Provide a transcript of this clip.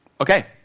okay